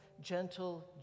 gentle